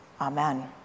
Amen